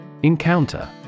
Encounter